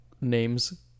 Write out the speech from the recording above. names